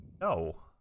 No